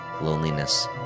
loneliness